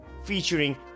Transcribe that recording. featuring